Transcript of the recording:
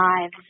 lives